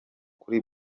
kuri